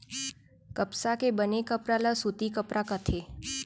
कपसा के बने कपड़ा ल सूती कपड़ा कथें